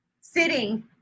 sitting